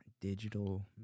digital